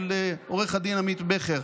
של עו"ד עמית בכר.